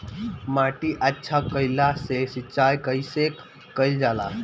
माटी अच्छा कइला ला सिंचाई कइसे कइल जाला?